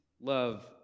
love